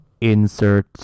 insert